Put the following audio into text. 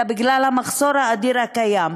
אלא בגלל המחסור האדיר הקיים.